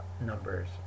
numbers